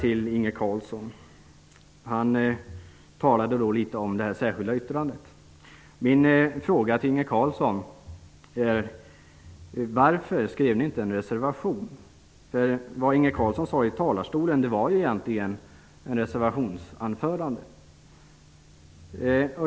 Inge Carlsson talade om det socialdemokratiska särskilda yttrandet. Min fråga till Inge Carlsson är: Varför skrev ni inte en reservation? Det Inge Carlsson sade i talarstolen var egentligen ett ''reservationsanförande''.